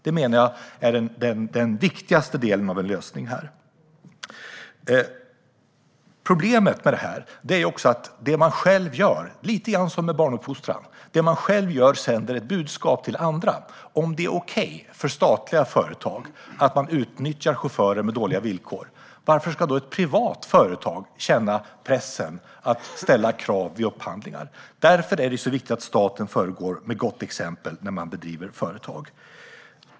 Det menar jag är den viktigaste delen av en lösning här. Det finns ett problem. Det är lite grann som med barnuppfostran, nämligen att det man själv gör sänder ett budskap till andra. Om det är okej för statliga företag att utnyttja chaufförer med dåliga villkor, varför ska då ett privat företag känna pressen att ställa krav vid upphandlingar? Därför är det så viktigt att staten föregår med gott exempel när man driver företag.